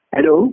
Hello